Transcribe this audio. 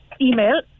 email